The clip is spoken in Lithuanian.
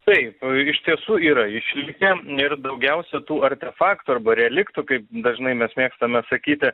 taip iš tiesų yra išlikę ir daugiausiai tų artefaktų arba reliktų kaip dažnai mes mėgstame sakyti